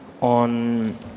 on